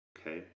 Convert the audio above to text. Okay